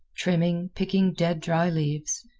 trimming, picking dead, dry leaves.